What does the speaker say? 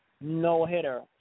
no-hitter